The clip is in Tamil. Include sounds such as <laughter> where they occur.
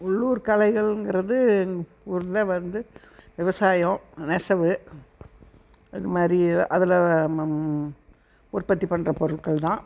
உள்ளூர் கலைகள்ங்கிறது <unintelligible> வந்து விவசாயம் நெசவு அது மாதிரி அதில் உற்பத்தி பண்ணுற பொருட்கள்தான்